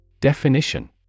Definition